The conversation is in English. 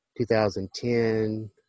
2010